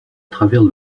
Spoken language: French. travers